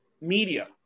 media